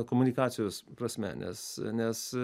komunikacijos prasme nes nes